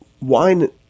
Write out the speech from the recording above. wine